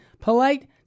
polite